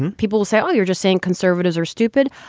and people say, oh, you're just saying conservatives are stupid.